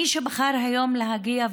מי שבחר היום להגיע,